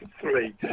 three